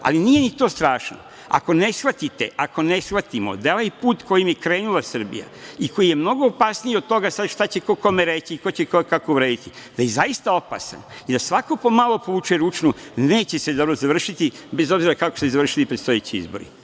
Ali, nije ni to strašno, ako ne shvatite, ako ne shvatimo da ovaj put kojim je krenula Srbija i koji je mnogo opasniji od toga šta će ko kome reći i ko će koga kako uvrediti, da je zaista opasan i da svako ko malo povuče ručnu neće se dobro završiti, bez obzira kako će se završiti predstojeći izbori.